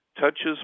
touches